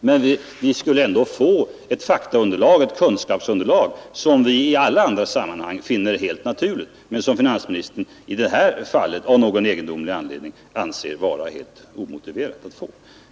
Men vi skulle få det mått av kunskapsunderlag som vi i alla andra sammanhang finner helt naturligt, men som finansministern i detta fall av någon egendomlig anledning finner helt omotiverat.